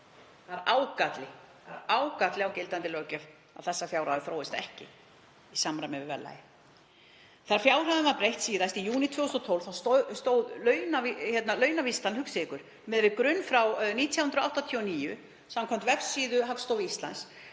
Það er ágalli á gildandi löggjöf að þessar fjárhæðir þróast ekki í samræmi við verðlag. Þegar fjárhæðum var breytt síðast, í júní 2012, stóð launavísitalan, hugsið ykkur, miðað við grunn frá 1989 samkvæmt vefsíðu Hagstofu Íslands,